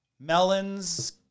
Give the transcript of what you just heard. Melons